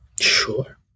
Sure